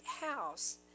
house